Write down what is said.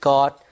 God